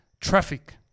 traffic